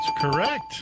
correct